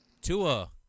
Tua